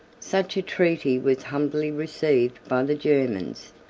such a treaty was humbly received by the germans,